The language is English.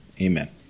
Amen